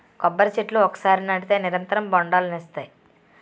కొబ్బరి చెట్లు ఒకసారి నాటితే నిరంతరం బొండాలనిస్తాయి